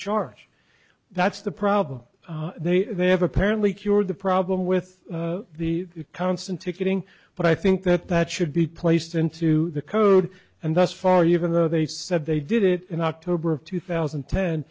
charge that's the problem they have apparently cured the problem with the constant ticketing but i think that that should be placed into the code and thus far even though they said they did it in october of two thousand